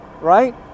right